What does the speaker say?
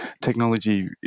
technology